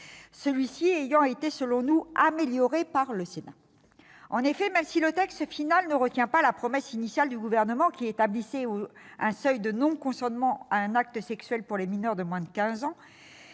celui-ci ayant été, selon nous, amélioré par le Sénat. En effet, même si le texte final ne retient pas la promesse initiale du Gouvernement qui établissait un seuil de non-consentement à un acte sexuel pour les mineurs de moins de quinze